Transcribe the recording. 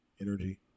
energy